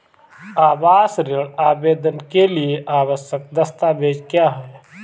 आवास ऋण आवेदन के लिए आवश्यक दस्तावेज़ क्या हैं?